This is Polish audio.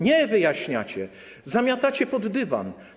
Nie wyjaśniacie, zamiatacie pod dywan.